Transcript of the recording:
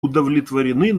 удовлетворены